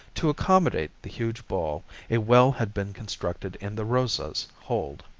to accommodate the huge ball a well had been constructed in the rosa's hold.